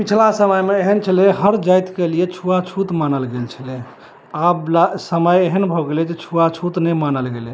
पिछला समयमे एहन छलै हर जाइतके लिए छुआछूत मानल गेल छलै आब समय एहन भऽ गेलै जे छुआछूत नहि मानल गेलै